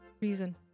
reason